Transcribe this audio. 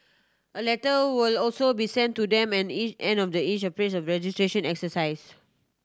a letter will also be sent to them end E end of the each phase registration exercise